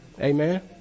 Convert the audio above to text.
Amen